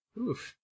Oof